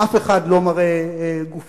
אף אחד לא מראה גופות.